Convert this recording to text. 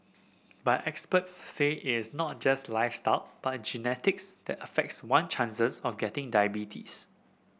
but experts say is not just lifestyle but genetics that affects one chances of getting diabetes